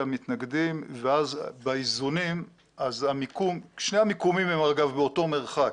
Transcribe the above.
המתנגדים ואז באיזונים המיקום שני המיקומים הם אגב באותו מרחק,